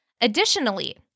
Additionally